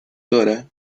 dra